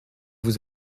vous